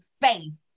faith